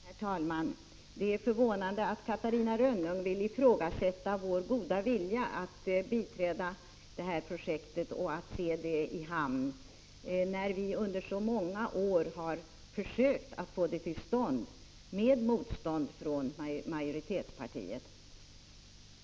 Herr talman! Det är förvånande att Catarina Rönnung vill ifrågasätta vår goda vilja att biträda projektet och att se det i hamn, när vi under så många år har försökt att få det till stånd, under motstånd från majoritetspartiet.